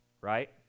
right